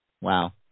Wow